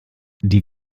die